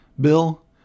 Bill